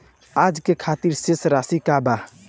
आज के खातिर शेष राशि का बा?